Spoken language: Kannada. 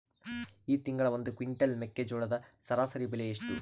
ಈ ತಿಂಗಳ ಒಂದು ಕ್ವಿಂಟಾಲ್ ಮೆಕ್ಕೆಜೋಳದ ಸರಾಸರಿ ಬೆಲೆ ಎಷ್ಟು?